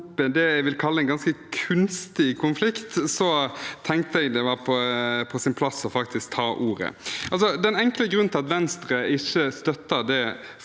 det jeg vil kalle en ganske kunstig konflikt, tenkte jeg det var på sin plass faktisk å ta ordet. Den enkle grunnen til at Venstre ikke støtter det